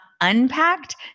unpacked